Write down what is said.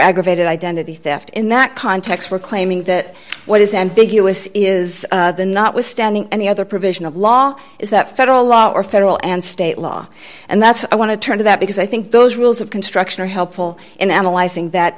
aggravated identity theft in that context we're claiming that what is ambiguous is notwithstanding any other provision of law is that federal law or federal and state law and that's i want to turn to that because i think those rules of construction are helpful in analyzing that